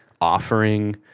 offering